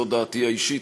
זו דעתי האישית,